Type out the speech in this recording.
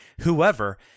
whoever